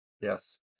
Yes